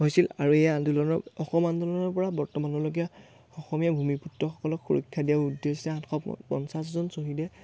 হৈছিল আৰু এই আন্দোলনৰ অসম আন্দোলনৰ পৰা বৰ্তমানলৈকে অসমীয়া ভূমিপুত্ৰসকলক সুৰক্ষা দিয়া উদ্দেশ্য আঠশ পঞ্চাছজন শ্বহীদে